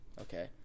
Okay